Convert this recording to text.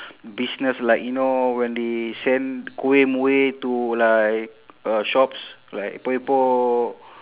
business like you know when they sell kuih muih to like uh shops like epok epok